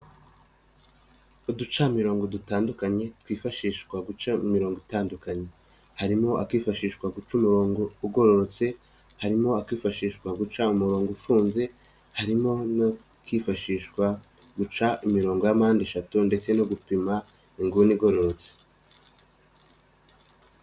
Uducamirongo dutandukanye twifashishwa guca imirongo itandukanye, harimo akifashishwa guca umurongo ugororotse, harimo akwifashishwa guca umurongo ufunze, harimo na kwifashishwa guca imirongo y'ampande eshatu ndetse no gupima inguni igororotse.